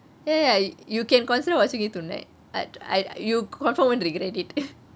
ya ya you can consider watching it tonight I~ you confirm won't regret it